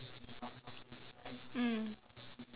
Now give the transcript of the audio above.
mm